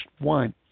wine